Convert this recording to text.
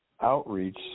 outreach